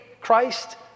Christ